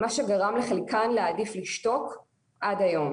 מה שגרם לחלקן לעדיף לשתוק עד היום.